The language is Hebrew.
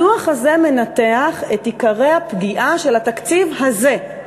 הדוח הזה מנתח את עיקרי הפגיעה של התקציב הזה.